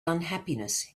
unhappiness